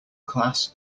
class